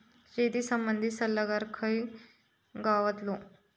शेती संबंधित सल्लागार खय गावतलो?